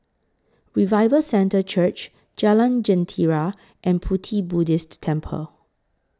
Revival Centre Church Jalan Jentera and Pu Ti Buddhist Temple